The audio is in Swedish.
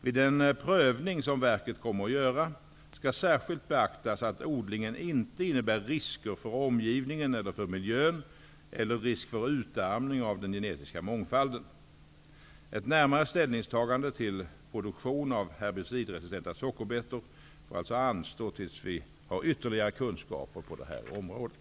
Vid den prövning som verket kommer att göra skall särskilt beaktas att odlingen inte innebär risker för omgivningen eller för miljön eller risk för utarmning av den genetiska mångfalden. Ett närmare ställningstagande till produktion av herbicidresistenta sockerbetor får alltså anstå tills vi har ytterligare kunskaper på det här området.